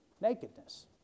nakedness